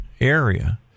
area